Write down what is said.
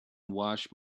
wash